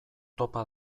topa